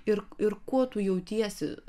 ir ir kuo tu jautiesi